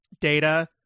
data